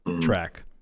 track